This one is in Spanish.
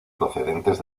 procedentes